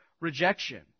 rejection